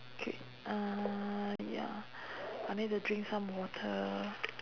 okay uh ya I need to drink some water